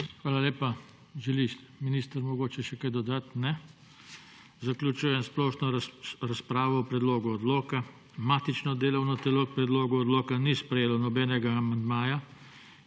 Hvala lepa. Želiš, minister, mogoče še kaj dodati? Ne. Zaključujem splošno razpravo o predlogu odloka. Matično delovno telo k predlogu odloka ni sprejelo nobenega amandmaja